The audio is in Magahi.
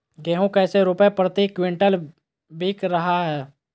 गेंहू कैसे रुपए प्रति क्विंटल बिक रहा है?